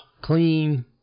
clean